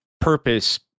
purpose